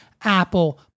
apple